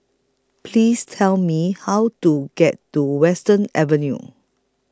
Please Tell Me How to get to Western Avenue